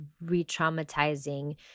re-traumatizing